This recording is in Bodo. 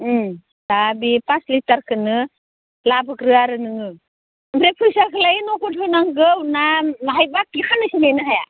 दा बे पास लिटारखोनो लाबोग्रो आरो नोङो ओमफ्राय फैसाखोलाय नगद होनांगौ ना बाहाय बाखि साननैसो नेनो हाया